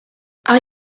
are